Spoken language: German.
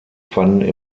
fanden